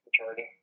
majority